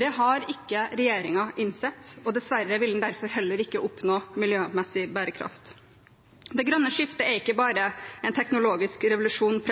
Det har ikke regjeringen innsett, og dessverre vil den derfor heller ikke oppnå miljømessig bærekraft. Det grønne skiftet er ikke bare en teknologisk revolusjon.